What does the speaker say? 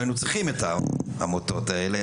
אז לא היינו צריכים את העמותות האלה,